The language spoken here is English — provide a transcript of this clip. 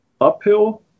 uphill